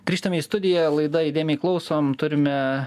grįžtame į studiją laida įdėmiai klausom turime